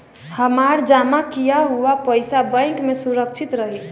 हमार जमा किया हुआ पईसा बैंक में सुरक्षित रहीं?